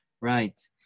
Right